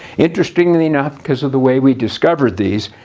interestingly enough because of the way we discovered these,